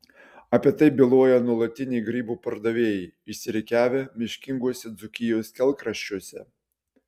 apie tai byloja nuolatiniai grybų pardavėjai išsirikiavę miškinguose dzūkijos kelkraščiuose